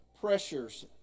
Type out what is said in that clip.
pressures